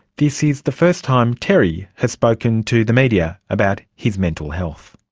this is the first time terry has spoken to the media about his mental health.